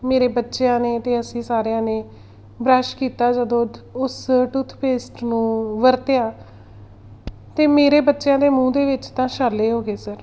ਮੇਰੇ ਬੱਚਿਆਂ ਨੇ ਅਤੇ ਅਸੀਂ ਸਾਰਿਆਂ ਨੇ ਬਰੱਸ਼ ਕੀਤਾ ਜਦੋਂ ਉਸ ਟੂਥਪੇਸਟ ਨੂੰ ਵਰਤਿਆ ਤਾਂ ਮੇਰੇ ਬੱਚਿਆਂ ਦੇ ਮੂੰਹ ਦੇ ਵਿੱਚ ਤਾਂ ਛਾਲੇ ਹੋ ਗਏ ਸਰ